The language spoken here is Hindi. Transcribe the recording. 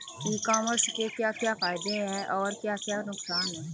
ई कॉमर्स के क्या क्या फायदे और क्या क्या नुकसान है?